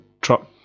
truck